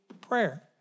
prayer